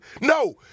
No